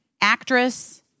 Actress